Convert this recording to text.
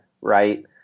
right